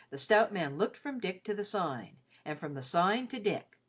the stout man looked from dick to the sign and from the sign to dick.